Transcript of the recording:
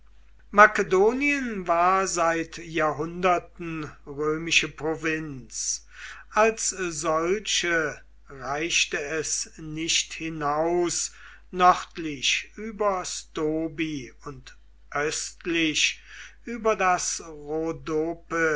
makedonien war seit jahrhunderten römische provinz als solche reichte es nicht hinaus nördlich über stobi und östlich über das